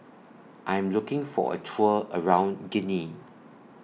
I Am looking For A Tour around Guinea